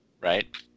right